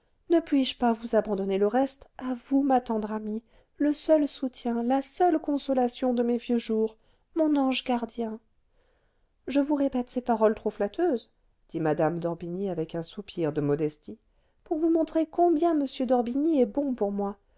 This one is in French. ne puis-je pas vous abandonner le reste à vous ma tendre amie le seul soutien la seule consolation de mes vieux jours mon ange gardien je vous répète ces paroles trop flatteuses dit mme d'orbigny avec un soupir de modestie pour vous montrer combien m d'orbigny est bon pour moi